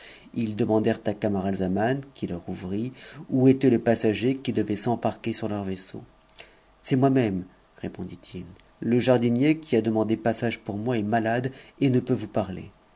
ils demandèrent a camaralzaman qui leur ouvrit où était le passager qui devait s'embarquer sur leur vaisseau c'est moi-même répondit it le jardinier demandé passage pour moi est malade et ne peut vous parler